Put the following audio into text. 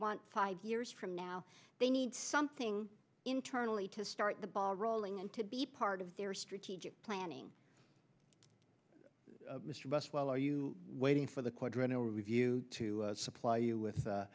want five years from now they need something internally to start the ball rolling and to be part of their strategic planning mr buswell are you waiting for the quadrennial review to supply you with